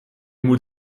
moet